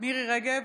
מירי מרים רגב,